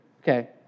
Okay